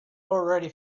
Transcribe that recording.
already